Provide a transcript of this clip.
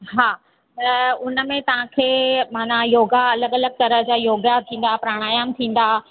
हा त उन में तव्हांखे माना योगा अलॻि अलॻि तरह जा योगा थींदा प्रणायाम थींदा